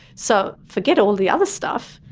so forget all the other stuff.